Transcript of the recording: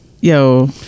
yo